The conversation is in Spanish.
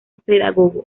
pedagogo